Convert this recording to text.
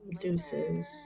Deuces